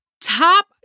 top